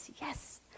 Yes